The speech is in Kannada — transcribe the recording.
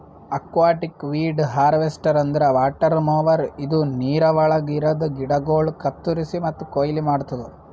ಅಕ್ವಾಟಿಕ್ ವೀಡ್ ಹಾರ್ವೆಸ್ಟರ್ ಅಂದ್ರ ವಾಟರ್ ಮೊವರ್ ಇದು ನೀರವಳಗ್ ಇರದ ಗಿಡಗೋಳು ಕತ್ತುರಸಿ ಮತ್ತ ಕೊಯ್ಲಿ ಮಾಡ್ತುದ